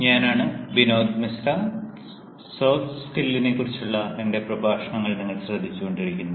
ഞാനാണ് ബിനോദ് മിശ്ര സോഫ്റ്റ് സ്കിൽസിനെക്കുറിച്ചുള്ള എന്റെ പ്രഭാഷണങ്ങൾ നിങ്ങൾ ശ്രദ്ധിച്ചു കൊണ്ടിരിക്കുന്നു